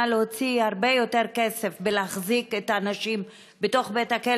להוציא הרבה יותר כסף כדי להחזיק את האנשים בתוך בית-הכלא